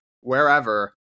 wherever